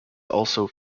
also